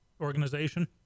organization